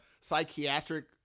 psychiatric